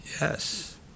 Yes